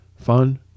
fun